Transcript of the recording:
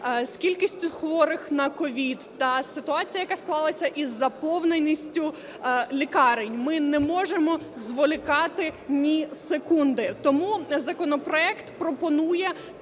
кількістю хворих на COVID, та ситуація, яка склалася із заповненістю лікарень, ми не можемо зволікати ні секунди. Тому законопроект пропонує